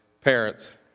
Parents